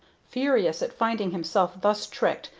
furious at finding himself thus tricked,